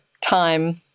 time